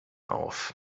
auf